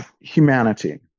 humanity